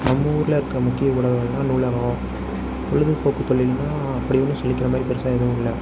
நம் ஊர்லேருக்க முக்கிய ஊடகங்கள்னால் நூலகம் பொழுதுபோக்குத் தொழில்னால் அப்படி ஒன்றும் சொல்லிக்கிறமாதிரி பெருசாக எதுவும் இல்லை